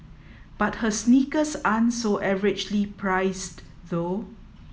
but her sneakers aren't so averagely priced though